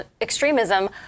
extremism